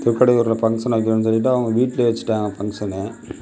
திருக்கடையூரில் function வைக்கிறேன் சொல்லிவிட்டு அவங்க வீட்டிலயே வைச்சுட்டாங்க ஃபங்ஷன்